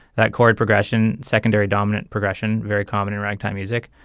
that chord progression. secondary dominant progression. very common in ragtime music.